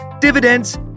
dividends